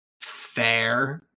fair